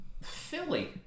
Philly